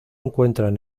encuentran